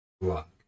luck